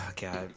God